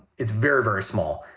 it's very, very small